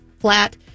flat